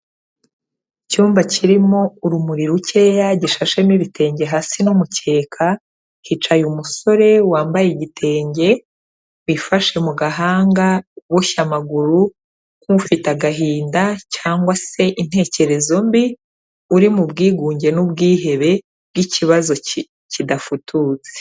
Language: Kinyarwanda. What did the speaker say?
Icyumba kirimo urumuri rukeya gishashemo ibitenge hasi n'umukeka, hicaye umusore wambaye igitenge, wifashe mu gahanga uboshye amaguru, nk'ufite agahinda cyangwa se intekerezo mbi, uri mu bwigunge n'ubwihebe bw'ikibazo kidafututse.